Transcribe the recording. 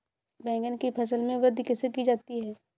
बैंगन की फसल में वृद्धि कैसे की जाती है?